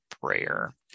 prayer